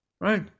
Right